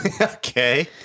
Okay